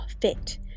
fit